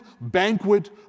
banquet